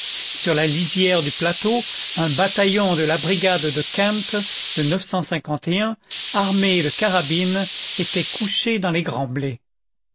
sur la lisière du plateau un bataillon de la brigade de kempt le armé de carabines était couché dans les grands blés